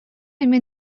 эмиэ